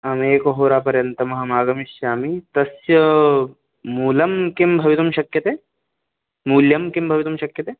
आम् एकहोरापर्यन्तम् अहमागमिष्यामि तस्य मूलं किं भवितुं शक्यते मूल्यं किं भवितुं शक्यते